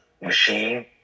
machine